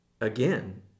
again